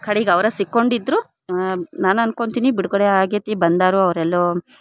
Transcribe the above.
ಕಡಿಗೆ ಅವರ ಸಿಕ್ಕೊಂಡಿದ್ದರು ನಾನು ಅನ್ಕೊಳ್ತೀನಿ ಬಿಡುಗಡೆ ಆಗೆತಿ ಬಂದಾರು ಅವ್ರ ಎಲ್ಲೋ